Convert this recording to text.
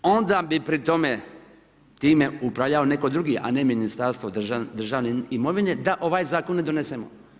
Onda bi pri tome time upravljao netko drugi a ne Ministarstvo državne imovine da ovaj zakon ne donesemo.